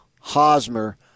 Hosmer